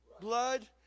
blood